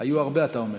היו הרבה, אתה אומר.